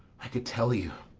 i could tell you